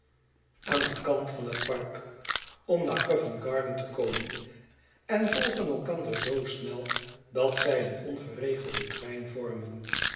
aan den kant van het park om naar covent-garden te komen en volgen elkander zoo snel dat zij een ongeregelden trein vormen